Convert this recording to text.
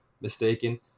mistaken